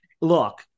look